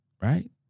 right